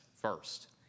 first